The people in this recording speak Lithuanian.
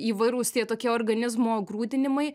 įvairūs tie tokie organizmo grūdinimai